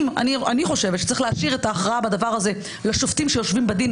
צריך להשאיר את ההכרעה בדבר הזה לשופטים שיושבים בדין,